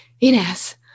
Ines